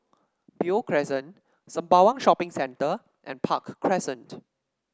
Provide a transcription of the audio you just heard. Beo Crescent Sembawang Shopping Centre and Park Crescent